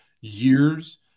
years